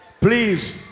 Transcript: Please